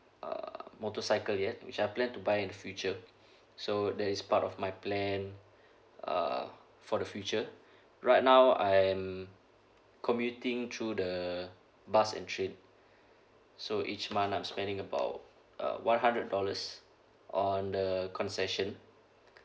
uh motorcycle yet which I plan to buy in future so that is part of my plan uh for the future right now I'm commuting through the bus and train so each month I'm spending about uh one hundred dollars on the concession